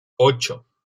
ocho